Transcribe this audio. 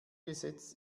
gesetz